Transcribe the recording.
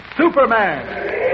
Superman